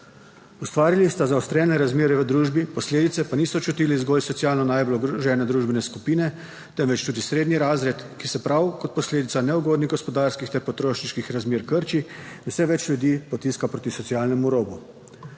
Ustvarili sta zaostrene razmere v družbi, posledice pa niso čutili zgolj socialno najbolj ogrožene družbene skupine, temveč tudi srednji razred, ki se prav kot posledica neugodnih gospodarskih ter potrošniških razmer krči, vse več ljudi potiska proti socialnemu robu.